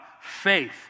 Faith